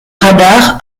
radar